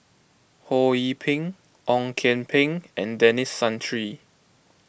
Ho Yee Ping Ong Kian Peng and Denis Santry